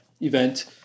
event